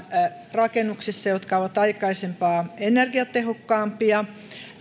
rakennuksissa jotka ovat aikaisempaa energiatehokkaampia